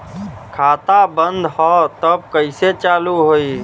खाता बंद ह तब कईसे चालू होई?